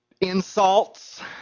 insults